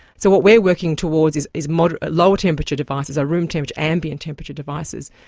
so what we're working towards is is but lower temperature devices, room temperature, ambient temperature devices,